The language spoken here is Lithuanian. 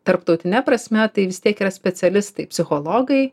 tarptautine prasme tai vis tiek yra specialistai psichologai